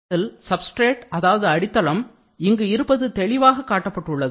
இந்தப்படத்தில் substrate அதாவது அடித்தளம் இங்கு இருப்பது தெளிவாக காட்டப்பட்டுள்ளது